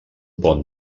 pont